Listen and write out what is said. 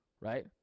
right